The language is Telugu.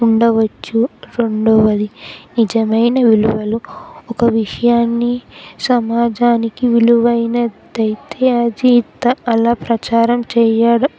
ఉండవచ్చు రెండవది నిజమైన విలువలు ఒక విషయాన్ని సమాజానికి విలువైనదైతే అజీత అలా ప్రచారం చేయడం